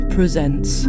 Presents